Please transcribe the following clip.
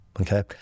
Okay